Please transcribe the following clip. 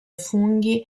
funghi